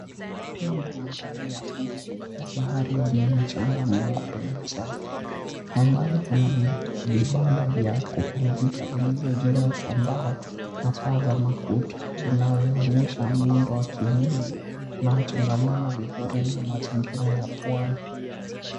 Huu ni mandhari ya fukwe ya bahari yenye mchanga mweupe na safi. Kwa mbali kuna vibanda vya muhunzi vilivyojengwa kwa mbao na paa za makundi inayoonyesha muundo wa kienyeji na changamoto vizuri na mazingira ya pwani.